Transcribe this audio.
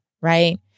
Right